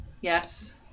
Yes